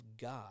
God